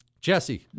Jesse